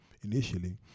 initially